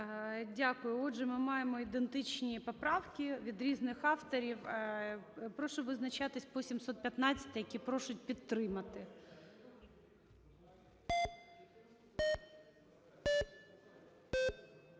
Дякую. Отже, ми маємо ідентичні поправки від різних авторів. Прошу визначатися по 715-й, які просять підтримати.